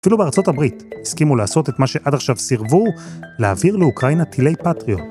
אפילו בארצות הברית הסכימו לעשות את מה שעד עכשיו סירבו להעביר לאוקראינה טילי פטריוט.